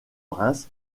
reims